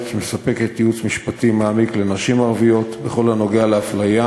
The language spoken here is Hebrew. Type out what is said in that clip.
ומספקת ייעוץ משפטי מעמיק לנשים ערביות בכל הנוגע לאפליה,